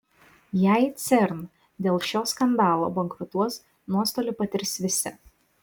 jei cern dėl šio skandalo bankrutuos nuostolį patirs visi